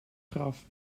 graf